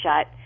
shut